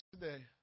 today